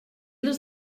les